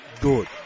Good